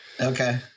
Okay